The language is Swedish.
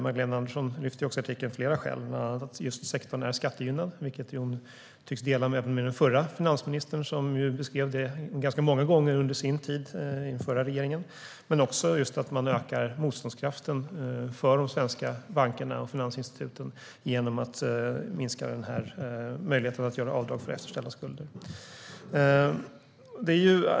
Magdalena Andersson lyfter i artikeln fram flera skäl, bland annat att sektorn är skattegynnad - detta tycks hon dela med den förre finansministern, som beskrev det ganska många under sin tid i regeringen - men också att man ökar motståndskraften för de svenska bankerna och finansinstituten genom att minska denna möjlighet att göra avdrag för efterställda skulder.